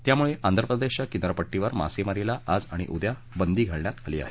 त्यामुळे आंध्रप्रदेशच्या किनारपट्टीवर मासेमारीला आज आणि उद्या बंदी घालण्यात आली आहे